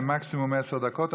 מקסימום עשר דקות,